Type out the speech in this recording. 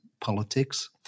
politics